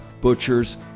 butchers